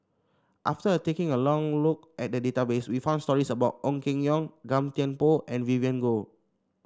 after taking a long look at the database we found stories about Ong Keng Yong Gan Thiam Poh and Vivien Goh